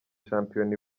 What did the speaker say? shampiyona